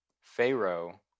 Pharaoh